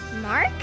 Mark